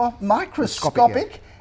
microscopic